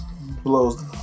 blows